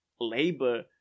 labor